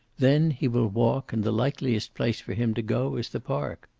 then he will walk, and the likeliest place for him to go is the park.